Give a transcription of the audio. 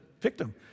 victim